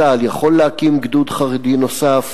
צה"ל יכול להקים גדוד חרדי נוסף,